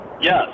Yes